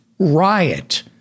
Riot